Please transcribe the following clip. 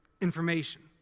information